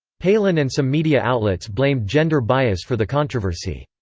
palin and some media outlets blamed gender bias for the controversy.